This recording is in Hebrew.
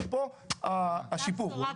ופה השיפור.